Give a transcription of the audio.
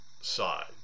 side